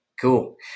Cool